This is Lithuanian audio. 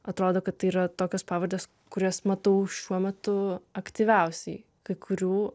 atrodo kad tai yra tokios pavardės kurias matau šuo metu aktyviausiai kai kurių